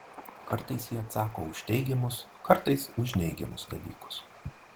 kartais ji atsako už teigiamus kartais už neigiamus dalykus